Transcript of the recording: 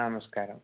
നമസ്ക്കാരം